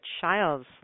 child's